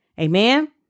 Amen